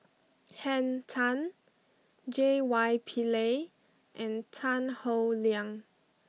Henn Tan J Y Pillay and Tan Howe Liang